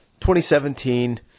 2017